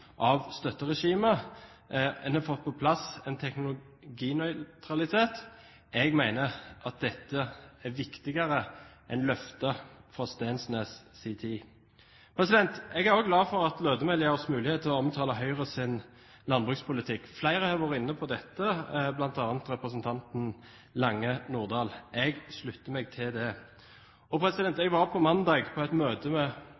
støtteregimet. Man har fått på plass en teknologinøytralitet. Jeg mener at dette er viktigere enn løftet fra Steensnæs' tid. Jeg er også glad for at Lødemel gir oss mulighet til å omtale Høyres landbrukspolitikk. Flere har vært inne på dette, bl.a. representanten Lange Nordahl. Jeg slutter meg til det. Jeg var på mandag i et møte med